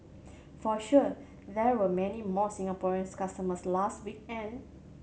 for sure there were many more Singaporean customers last weekend